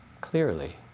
clearly